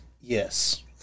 yes